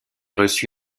reçu